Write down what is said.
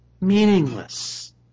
meaningless